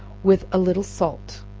with a little salt,